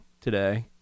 today